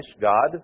God